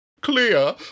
Clear